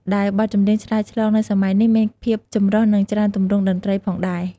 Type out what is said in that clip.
ដែលបទចម្រៀងឆ្លើយឆ្លងនៅសម័យនេះមានភាពចម្រុះនិងច្រើនទម្រង់តន្ត្រីផងដែរ។